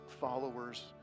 followers